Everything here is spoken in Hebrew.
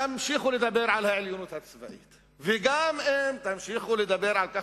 תמשיכו לדבר על העליונות הצבאית וגם אם תמשיכו לדבר על כך